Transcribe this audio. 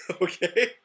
Okay